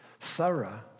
thorough